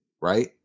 Right